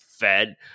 Fed